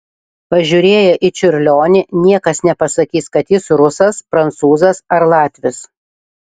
pažiūrėję į čiurlionį niekas nepasakys kad jis rusas prancūzas ar latvis